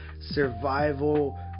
survival